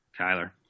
Kyler